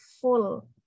full